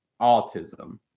autism